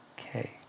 okay